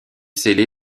scellé